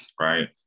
right